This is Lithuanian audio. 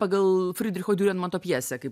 pagal fridricho diurenmato pjesę kaip